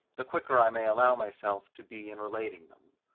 the quicker i may allow myself to be in relating them.